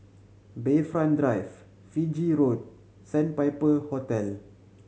Bayfront Drive Fiji Road Sandpiper Hotel